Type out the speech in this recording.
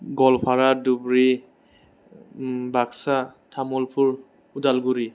Goalpara Dhubri Baksa Tamulpur Udalguri